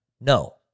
no